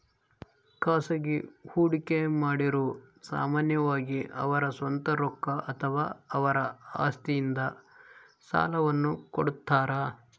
ಖಾಸಗಿ ಹೂಡಿಕೆಮಾಡಿರು ಸಾಮಾನ್ಯವಾಗಿ ಅವರ ಸ್ವಂತ ರೊಕ್ಕ ಅಥವಾ ಅವರ ಆಸ್ತಿಯಿಂದ ಸಾಲವನ್ನು ಕೊಡುತ್ತಾರ